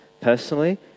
personally